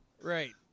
Right